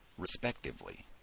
respectively